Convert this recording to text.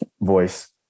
voice